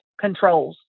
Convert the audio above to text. controls